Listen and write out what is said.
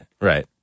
right